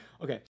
Okay